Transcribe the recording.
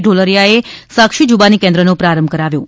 ઢોલરીયાએ સાક્ષી જૂબાની કેન્દ્રનો પ્રારંભ કરાવ્યો હતો